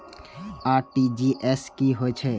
RTGS की होय छै